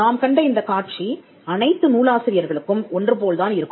நாம் கண்ட இந்தக் காட்சி அனைத்து நூலாசிரியர்களுக்கும் ஒன்று போல் தான் இருக்கும்